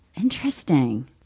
Interesting